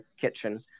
kitchen